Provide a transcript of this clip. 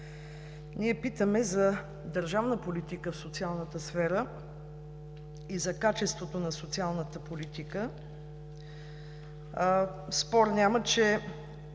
ние питаме за държавна политика в държавната сфера и за качеството на социалната политика. Спор няма, че